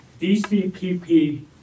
DCPP